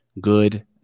good